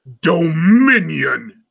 Dominion